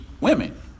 women